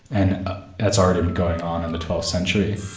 and that's already going on in the twelfth century.